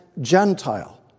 Gentile